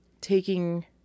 taking